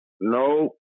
no